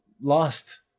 lost